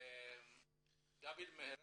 דוד מהרט,